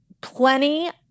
plenty